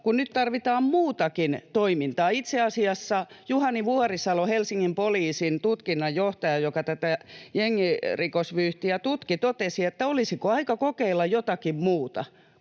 kohtaa tarvitaan muutakin toimintaa. Itse asiassa Juhani Vuorisalo, Helsingin poliisin tutkinnanjohtaja, joka tätä jengirikosvyyhtiä tutki, totesi, että olisiko aika kokeilla jotakin muuta,